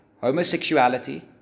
homosexuality